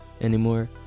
anymore